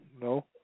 No